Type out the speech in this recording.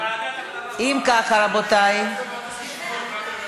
דיון בוועדה, ואצלי יש יחסי עבודה.